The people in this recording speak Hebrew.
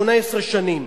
18 שנים.